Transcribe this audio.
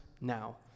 now